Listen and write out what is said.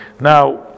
Now